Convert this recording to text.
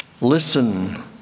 Listen